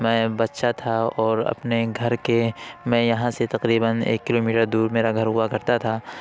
میں بچہ تھا اور اپنے گھر کے میں یہاں سے تقریباً ایک کلو میٹر دور میرا گھر ہوا کرتا تھا